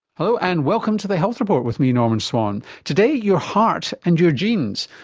hello, and welcome to the health report with me, norman swan. today, your heart and your genes.